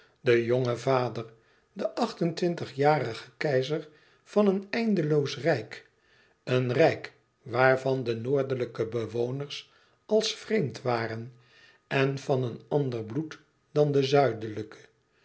de jonge vader de acht en twintigjarige keizer van een eindeloos rijk een rijk waarvan de noordelijke bewoners als vreemd waren en van een ander bloed dan de zuidelijke